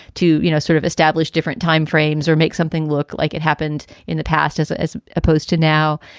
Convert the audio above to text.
to you know sort of establish different time frames or make something look like it happened in the past as ah as opposed to now.